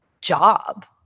job